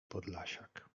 podlasiak